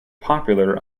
popular